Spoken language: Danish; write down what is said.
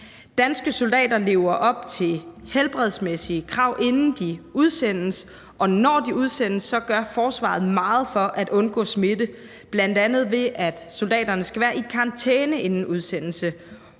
Danske soldater lever op til helbredsmæssige krav, inden de udsendes, og når de udsendes, gør forsvaret meget for at undgå smitte, bl.a. ved at soldaterne skal være i karantæne inden udsendelse.